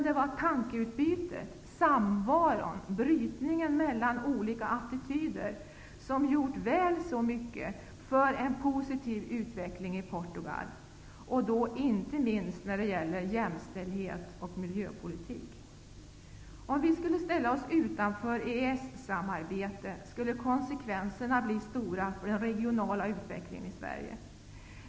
Det var tankeutbytet, samvaron och brytningen mellan olika attityder som hade gjort väl så mycket för en positiv utveckling i Portugal, inte minst när det gäller jämställdhet och miljöpolitik. Om vi skulle ställa oss utanför EES-samarbetet, skulle konsekvenserna bli stora för den regionala utvecklingen i Sverige.